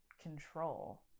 control